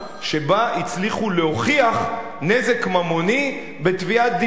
שבה הצליחו להוכיח נזק ממוני בתביעת דיבה.